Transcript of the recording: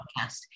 podcast